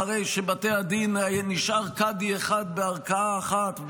אחרי שבבתי הדין נשאר קאדי אחד בערכאה אחת,